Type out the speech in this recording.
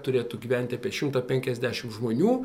turėtų gyventi apie šimtą penkiasdešimt žmonių